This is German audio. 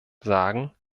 sagen